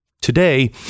Today